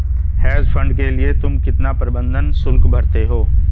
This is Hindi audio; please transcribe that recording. हेज फंड के लिए तुम कितना प्रबंधन शुल्क भरते हो?